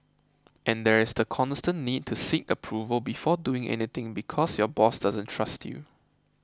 and there is the constant need to seek approval before doing anything because your boss doesn't trust you